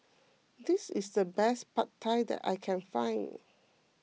this is the best Pad Thai that I can find